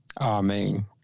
Amen